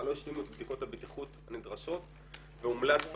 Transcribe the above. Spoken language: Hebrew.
לא השלימו את בדיקות הבטיחות הנדרשות והומלץ בדוח: